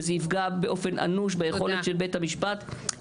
וזה יפגע באופן אנוש ביכולת של בית המשפט,